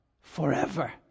forever